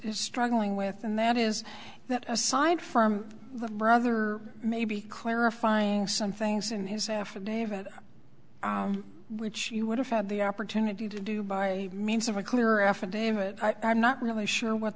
is struggling with and that is that assigned firm the brother may be clarifying some things in his affidavit which he would have had the opportunity to do by means of a clear affidavit i'm not really sure what